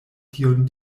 tion